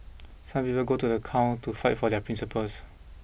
some people go to the count to fight for their principles